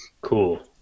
Cool